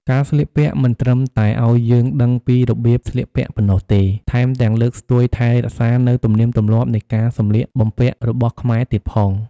ការស្លៀកពាក់មិនត្រឹមតែឲ្យយើងដឹងពីរបៀបស្លៀកពាក់ប៉ុណ្ណោះទេ ថែមទាំងលើកស្ទួយថែរក្សានូវទំនៀមទម្លាប់នៃការសម្លៀកពាក់របស់ខ្មែរទៀតផង។